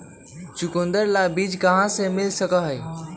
चुकंदर ला बीज कहाँ से मिल सका हई?